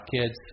kids